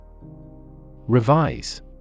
Revise